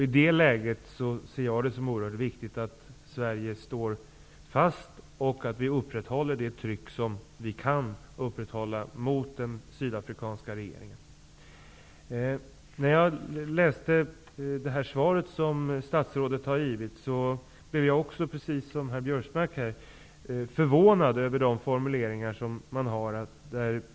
I det läget ser jag det som oerhört viktigt att Sverige står fast och att vi upprätthåller det tryck som vi kan upprätthålla mot den sydafrikanska regeringen. När jag läste det svar som statsrådet har givit blev jag precis som herr Biörsmark förvånad över formuleringarna.